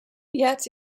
yet